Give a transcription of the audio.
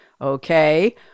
okay